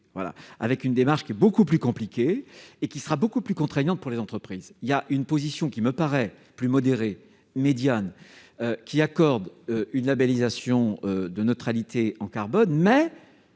avec une démarche beaucoup plus compliquée et qui sera beaucoup plus contraignante pour les entreprises. Il y a une autre position, plus modérée, médiane, qui vise à accorder une labellisation de neutralité en carbone, sous